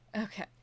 okay